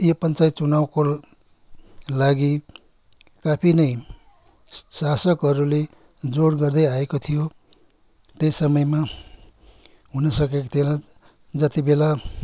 यो पञ्चायत चुनाउको लागि अति नै शासकहरूले जोड गर्दैआएको थियो त्यस समयमा हुनसकेको थिएन जति बेला